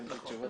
נכון.